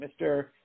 Mr